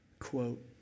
Quote